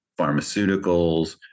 pharmaceuticals